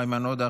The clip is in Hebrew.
איימן עודה,